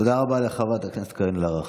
תודה רבה לחברת הכנסת קארין אלהרר.